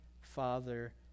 Father